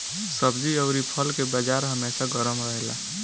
सब्जी अउरी फल के बाजार हमेशा गरम रहेला